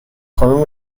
خانم